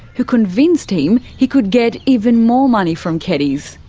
who convinced him he could get even more money from keddies.